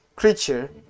Creature